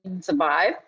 survive